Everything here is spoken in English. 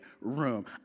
room